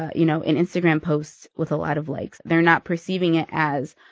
you know, an instagram post with a lot of likes. they're not perceiving it as,